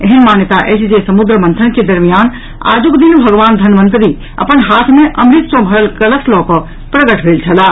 एहेन मान्यता अछि जे समुद्र मंथन के दरमियान आजुक दिन भगवान धनवंतरी अपन हाथ मे अमृत सँ भरल कलश लऽ कऽ प्रकट भेल छलाह